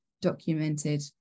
documented